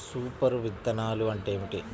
Super విత్తనాలు అంటే ఏమిటి?